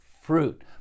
fruit